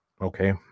okay